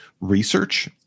research